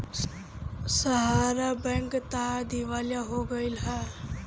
सहारा bank तअ दिवालिया हो गईल हवे